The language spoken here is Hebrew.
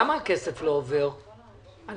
למה הכסף לא עובר לתיירות?